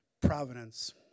providence